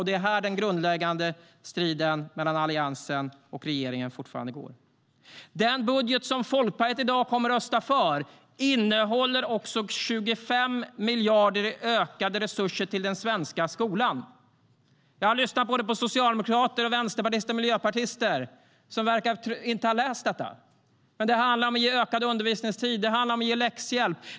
Det är här den grundläggande striden mellan Alliansen och regeringen fortfarande finns. Den budget som Folkpartiet i dag kommer att rösta för innehåller också 25 miljarder i ökade resurser till den svenska skolan. Jag har lyssnat på socialdemokrater, vänsterpartister och miljöpartister som inte verkar ha läst detta. Men det handlar om att ge ökad undervisningstid. Det handlar om att ge läxhjälp.